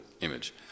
image